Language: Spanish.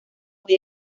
muy